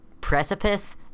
precipice